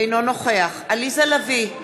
אינו נוכח עליזה לביא,